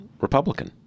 Republican